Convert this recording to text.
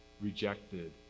rejected